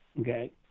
okay